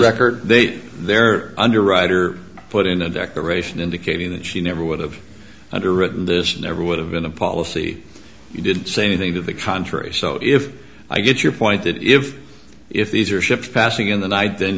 record their underwriter put in a declaration indicating that she never would have underwritten this never would have been a policy you didn't say anything to the contrary so if i get your point that if if these are ships passing in the night then